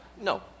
No